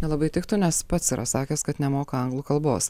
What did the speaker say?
nelabai tiktų nes pats yra sakęs kad nemoka anglų kalbos